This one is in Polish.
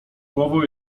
głową